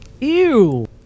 Ew